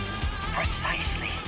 Precisely